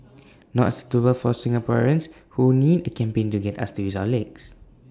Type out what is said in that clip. not suitable for Singaporeans who need A campaign to get us to use our legs